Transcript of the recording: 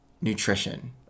nutrition